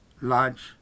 large